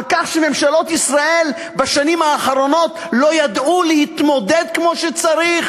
על כך שממשלות ישראל לא ידעו בשנים האחרונות להתמודד כמו שצריך